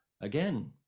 again